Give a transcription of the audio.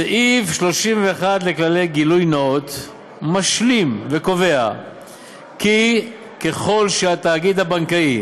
סעיף 31 לכללי גילוי נאות משלים וקובע כי ככל שהתאגיד הבנקאי